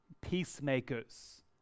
peacemakers